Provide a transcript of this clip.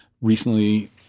recently